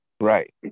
right